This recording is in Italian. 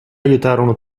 aiutarono